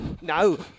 no